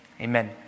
amen